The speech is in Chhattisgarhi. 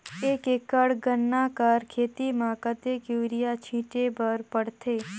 एक एकड़ गन्ना कर खेती म कतेक युरिया छिंटे बर पड़थे?